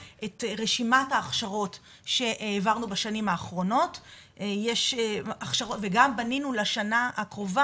את רשימת ההכשרות שהעברנו בשנים האחרונות וגם שנינו לשנה האחרונה,